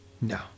No